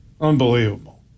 Unbelievable